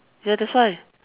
ya that's why